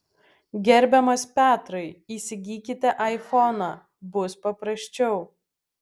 gerbiamas petrai įsigykite aifoną bus paprasčiau